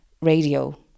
radio